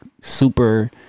super